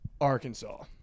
Arkansas